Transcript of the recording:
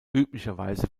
üblicherweise